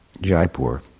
Jaipur